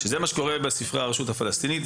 זה מה שקורה בספרי הרשות הפלסטינית,